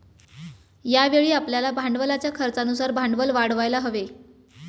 यावेळी आपल्याला भांडवलाच्या खर्चानुसार भांडवल वाढवायला हवे